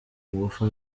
ngufu